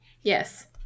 yes